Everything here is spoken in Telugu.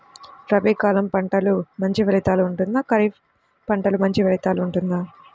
రబీ కాలం పంటలు మంచి ఫలితాలు ఉంటుందా? ఖరీఫ్ పంటలు మంచి ఫలితాలు ఉంటుందా?